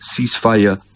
ceasefire